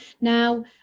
Now